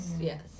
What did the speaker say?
Yes